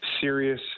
serious